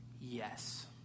Yes